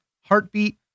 heartbeat